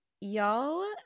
y'all